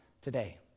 today